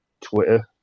Twitter